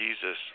Jesus